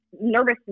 nervous